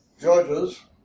judges